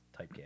typecast